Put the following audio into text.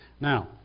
Now